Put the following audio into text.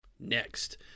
next